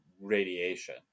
radiation